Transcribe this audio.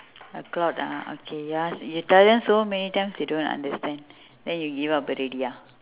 a cloth ah okay ya you tell them so many times they don't understand then you give up already ah